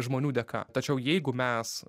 žmonių dėka tačiau jeigu mes